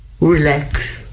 Relax